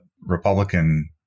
Republican